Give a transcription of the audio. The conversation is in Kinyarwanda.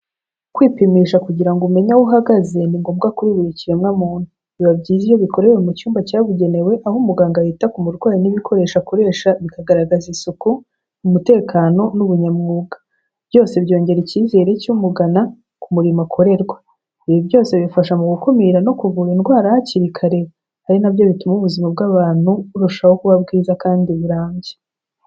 Kwipimisha kugirango ngo umenye aho uhagaze ni ngombwa kuri buri kiremwa muntu, biba byiza iyo bikorewe mu cyumba cyabugenewe aho umuganga yita ku murwayi n'ibikoresho akoresha bikagaragaza isuku, mu mutekano, n'ubunyamwuga, byose byongera ikizere cy'umugana ku murimo akorerwa, ibi byose bifasha mu gukumira no kuvura indwara hakiri kare ari nabyo bituma ubuzima bw'abantu burushaho kuba bwiza kandi burambye.